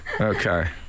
Okay